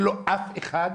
אין לו אף אחד,